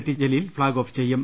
ടിജലീൽ flag off ചെയ്യും